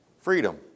Freedom